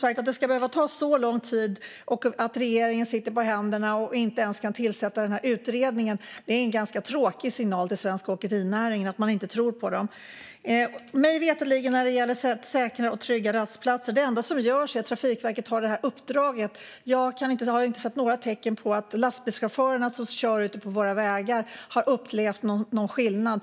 Att det ska behöva ta så lång tid och att regeringen sitter på händerna och inte ens kan tillsätta utredningen är en ganska tråkig signal till svensk åkerinäring om att man inte tror på den. När det gäller säkra och trygga rastplatser är det enda som görs, mig veterligen, att Trafikverket har det här uppdraget. Jag har inte sett några tecken på att lastbilschaufförerna som kör ute på våra vägar har upplevt någon skillnad.